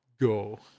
go